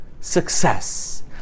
success